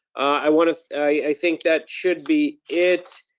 i want to, i think that should be it.